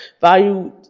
value